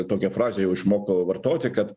tokią frazę jau išmoko vartoti kad